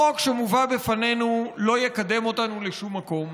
החוק שמובא בפנינו לא יקדם אותנו לשום מקום,